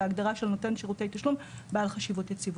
להגדרה של שירותי תשלום בעל חשיבות יציבותית.